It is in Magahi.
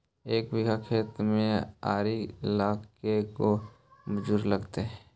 एक बिघा खेत में आरि ल के गो मजुर लगतै?